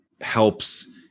helps